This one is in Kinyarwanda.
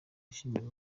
ishimira